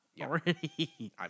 already